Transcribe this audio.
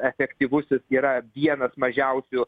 efektyvusis yra vienas mažiausių